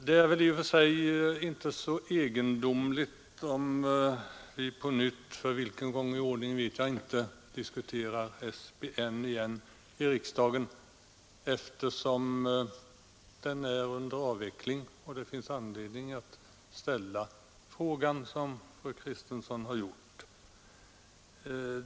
Det är i och för sig inte så egendomligt om vi på nytt — för vilken gång i ordningen vet jag inte — diskuterar SBN igen i riksdagen, eftersom det organet är under avveckling och det finns anledning att ställa den fråga som fru Kristensson ställt.